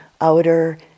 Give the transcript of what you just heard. outer